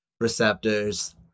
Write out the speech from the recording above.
receptors